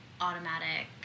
automatic